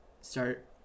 start